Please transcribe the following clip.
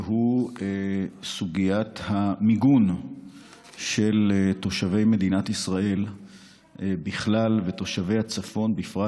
והוא סוגיית המיגון של תושבי מדינת ישראל בכלל ותושבי הצפון בפרט.